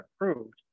approved